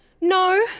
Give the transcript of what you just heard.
no